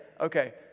Okay